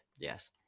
yes